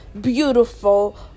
beautiful